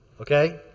Okay